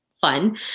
fun